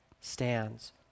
stands